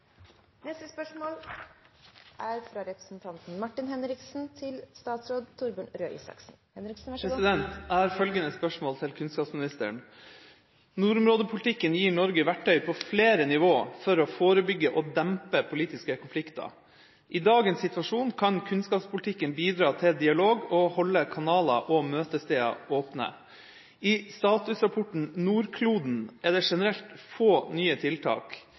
til spørsmål 20. Jeg har følgende spørsmål til kunnskapsministeren: «Nordområdepolitikken gir Norge verktøy på flere nivåer for å forebygge og dempe politiske konflikter. I dagens situasjon kan kunnskapspolitikken bidra til dialog og holde kanaler og møtesteder åpne. I statusrapporten «Nordkloden» er det generelt få nye tiltak.